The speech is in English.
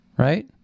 Right